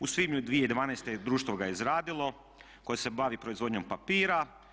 U svibnju 2012. društvo ga je izradilo koje se bavi proizvodnjom papira.